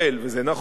וזה נכון,